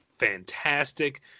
fantastic